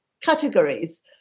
categories